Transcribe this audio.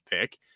pick